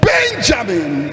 Benjamin